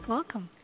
Welcome